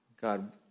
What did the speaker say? God